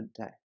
day